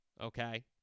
Okay